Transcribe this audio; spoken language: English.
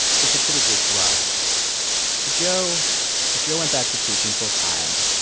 was a pretty big blow so joe joe went back to teaching full time.